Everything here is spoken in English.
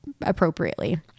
appropriately